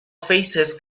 faces